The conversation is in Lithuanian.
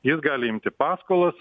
jis gali imti paskolas